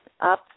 up